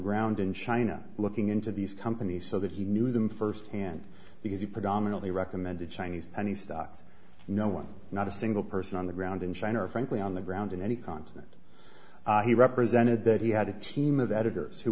ground in china looking into these companies so that he knew them firsthand because you predominantly recommended chinese and he stops no one not a single person on the ground in china or frankly on the ground in any continent he represented that he had a team of editors who